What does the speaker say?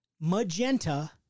magenta